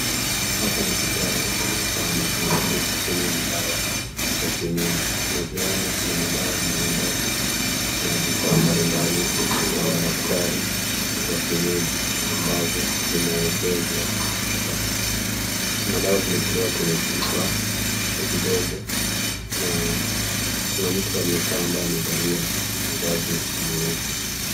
Hapa ni kikao cha matibabu kutumia madawa ya kienyeji. Tunavyoona kuna madawa mbalimbali kuna vifaa mbali mbali za madaktari wa kienyeji ambazo zimeegeshwa hapa. Madawa zimetumiwa kwenye chupa vidogo na kuna mtu aliyekaa mbali na amevalia vazi nyeusi.